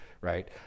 right